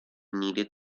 needed